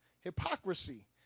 Hypocrisy